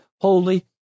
holy